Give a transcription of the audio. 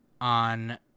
on